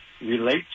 relate